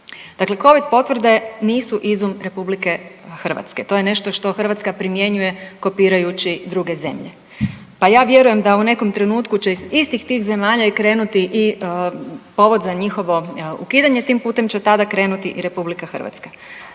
Dakle, covid potvrde nisu izum RH. To je nešto što Hrvatska primjenjuje kopirajući druge zemlje. Pa ja vjerujem da u nekom trenutku će iz istih tih zemalja i krenuti i povod za njihovo ukidanje, tim putem će tada krenuti i RH.